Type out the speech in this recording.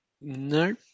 No